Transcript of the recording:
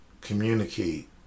communicate